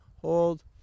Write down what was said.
hold